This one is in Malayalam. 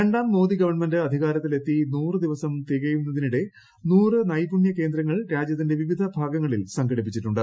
രണ്ടാം മോദി ഗവൺമെന്റ് അധികാരത്തിൽ എത്തി നൂറ് ദിവസം തികയുന്നതിനിടെ നൂറ് നൈപുണ്യ കേന്ദ്രങ്ങൾ രാജൃത്തിന്റെ വിവിധ ഭാഗങ്ങളിൽ സംഘടിപ്പിച്ചിട്ടുണ്ട്